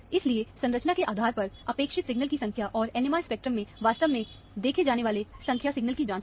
इसलिए संरचना के आधार पर अपेक्षित सिग्नल की संख्या और NMR स्पेक्ट्रम में वास्तव में देखे जाने वाले संख्या सिग्नल की जांच करें